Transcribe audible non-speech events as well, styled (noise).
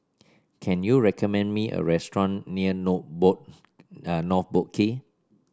can you recommend me a restaurant near North Boat (unintelligible) nor Boat Quay